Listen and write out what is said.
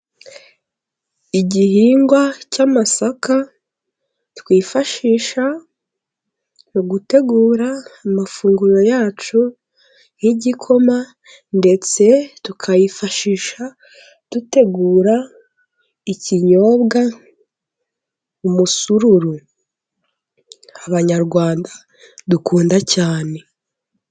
Igihingwa cy'amasaka twifashisha mu gutegura amafunguro yacu y'igikoma, ndetse tukayifashisha dutegura ikinyobwa umusururu, Abanyarwanda dukunda cyane.